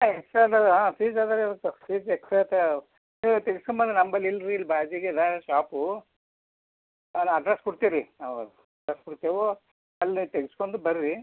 X-ray ಅದಗ fees ಅದಲ್ಲೆ ಇರತ್ತೆ ಫೀಝ್ ಎಕ್ಸ್ರಾತಾವ ಇವತ್ತು ಇಸ್ಕೊಂಬರ್ರೀ ನಂಬಲ್ ಇಲ್ರಿ ಇಲ್ಲ ಬಾಜಿಗೆದ ಶಾಪು ನಾನು ಅಡ್ರಸ್ ಕೊಡ್ತಿ ರೀ ಅವಗ್ ಯಾಕೆ ಕೊಡ್ತಿವೋ ಅಲ್ಲೇ ತೆಗ್ಸ್ಕೊಂದು ಬರ್ರಿ